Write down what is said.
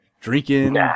Drinking